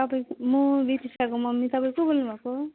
तपाईँ म रेसिसाको मम्मी तपाईँ को बोल्नुभएको